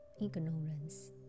ignorance